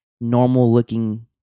normal-looking